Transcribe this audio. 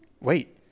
Wait